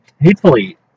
hatefully